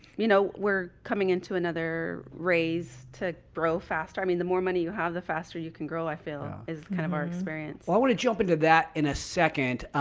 you know, we're coming into another raise to grow faster. i mean, the more money you have, the faster you can grow, i feel ah is kind of our experience. i want to jump into that in a second.